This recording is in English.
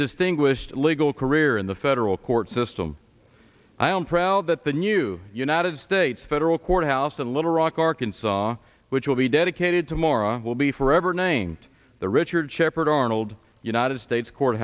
distinguished legal career in the federal court system i am proud that the new united states federal courthouse in little rock arkansas which will be dedicated tomorrow will be forever named the richard sheppard arnold united states